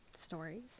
stories